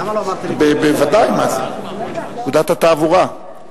רכב עבודה ורכב ציבורי שמשקלם עולה על 4,000 ק"ג).